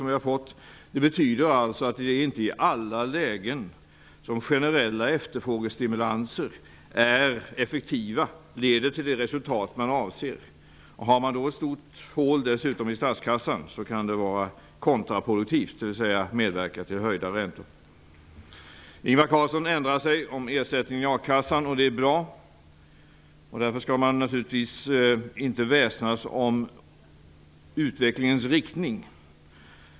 Det betyder inte att generella efterfrågestimulanser i alla lägen är effektiva och leder till de resultat man avser. Har man dessutom ett stort hål i statskassan kan det vara kontraproduktivt, dvs. medverka till höjda räntor. Ingvar Carlsson har ändrat sig om ersättningen i akassan, och det är bra. Därför skall man naturligtvis inte väsnas om utvecklingens riktning.